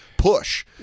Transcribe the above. Push